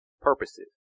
purposes